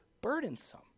burdensome